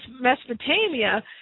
Mesopotamia